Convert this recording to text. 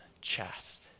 chest